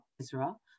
Israel